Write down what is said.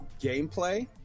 gameplay